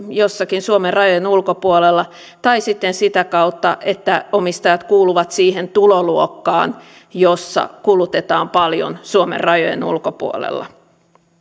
jossakin suomen rajojen ulkopuolella tai sitten sitä kautta että omistajat kuuluvat siihen tuloluokkaan jossa kulutetaan paljon suomen rajojen ulkopuolella